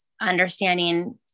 understanding